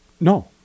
No